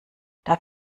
darf